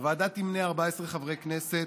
הוועדה תמנה 14 חברי כנסת.